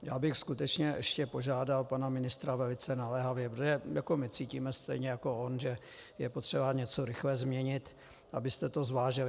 Já bych skutečně ještě požádal pana ministra velice naléhavě, protože my cítíme stejně jako on, že je potřeba něco rychle změnit, abyste to zvážili.